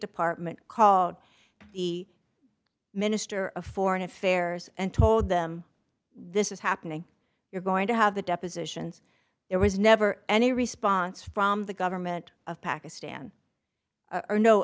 department called the minister of foreign affairs and told them this is happening you're going to have the depositions it was never any response from the government of pakistan or no